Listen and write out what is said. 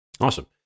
Awesome